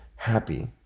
happy